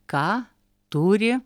ką turi